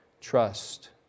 Trust